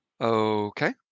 Okay